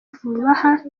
vubaha